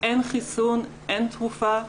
אין חיסון, אין תרופה,